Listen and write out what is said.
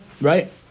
right